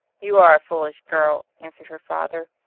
you are a foolish girl, answered her father.